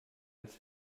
als